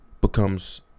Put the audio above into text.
becomes